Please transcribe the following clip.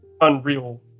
unreal